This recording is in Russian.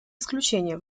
исключение